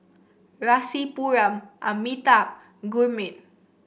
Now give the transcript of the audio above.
Rasipuram Amitabh Gurmeet